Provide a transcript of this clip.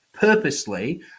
purposely